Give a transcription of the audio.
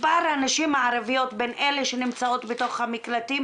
מספר הנשים הערביות בין אלה שנמצאות בתוך המקלטים,